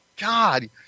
God